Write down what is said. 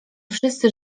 wszyscy